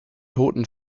toten